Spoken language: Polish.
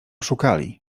szukali